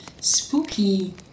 spooky